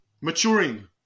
maturing